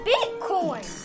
Bitcoin